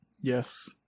Yes